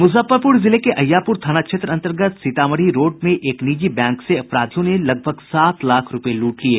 मुजफ्फरपुर जिले के अहियापुर थाना क्षेत्र अंतर्गत सीतामढ़ी रोड में एक निजी बैंक से अपराधियों ने लगभग सात लाख रूपये लूट लिये